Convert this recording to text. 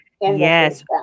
Yes